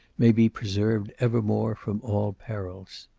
may be preserved evermore from all perils.